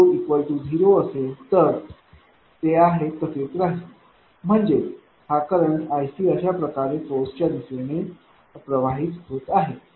जर iC40 असेल तर ते आहे तसेच राहील म्हणजेच हा करंट iCअशाप्रकारे सोर्सच्या दिशेने वाहत आहे